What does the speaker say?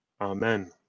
amen